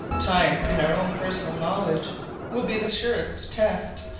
time and our own personal knowledge will be the surest test,